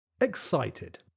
Excited